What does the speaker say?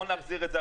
נכון להחזיר את זה.